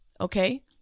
okay